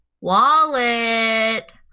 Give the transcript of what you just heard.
wallet